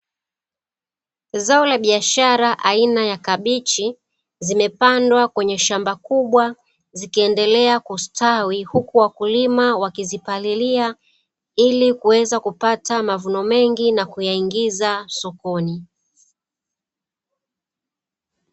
Zao la biashara aina ya kabichi zimepandwa kwenye shamba kubwa zikiendelea kustawi, huku wakulima wakiziparilia ili kuweza kupata mavuno mengi na kuyaingiza sokoni.